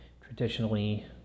Traditionally